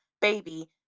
Baby